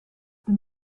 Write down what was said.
the